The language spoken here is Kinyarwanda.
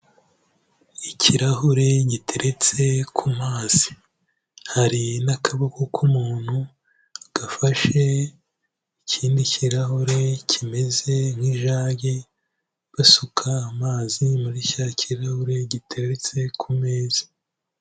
Ikirahure giteretse ku mazi, hari n'akaboko k'umuntu gafashe ikindi kirahure kimeze nk'ijagi, basuka amazi muri cya kirahure giteretse ku meza.